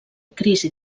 crisi